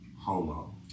homo